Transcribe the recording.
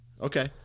Okay